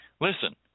Listen